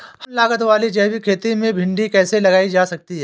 कम लागत वाली जैविक खेती में भिंडी कैसे लगाई जा सकती है?